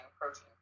protein